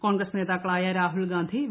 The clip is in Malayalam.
കോൺഗ്രസ് നേതാക്കളായ രാഹുൽഗാന്ധി വി